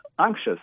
anxious